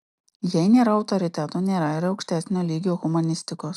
jei nėra autoritetų nėra ir aukštesnio lygio humanistikos